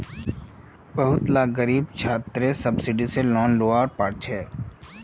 बहुत ला ग़रीब छात्रे सुब्सिदिज़ेद लोन लुआ पाछे